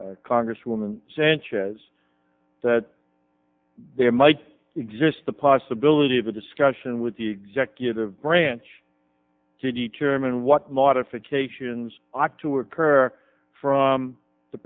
of congresswoman sanchez that there might exist the possibility of a discussion with the executive branch to determine what modifications to occur from the